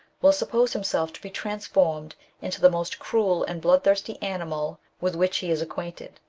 will suppose himself to be transformed into the most cruel and bloodthirsty animal with which he is acquainted.